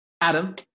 Adam